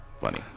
Funny